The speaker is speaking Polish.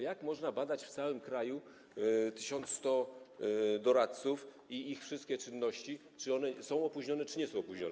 Jak można badać w całym kraju 1100 doradców i ich wszystkie czynności, czy one są opóźnione, czy nie są opóźnione?